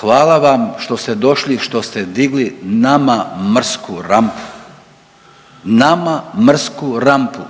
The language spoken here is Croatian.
hvala vam što ste došli i što ste digli nama mrsku rampu, nama mrsku rampu.